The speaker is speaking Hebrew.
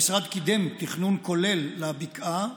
המשרד קידם תכנון כולל לבקעה.